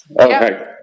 Okay